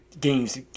games